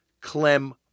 Clem